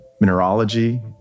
mineralogy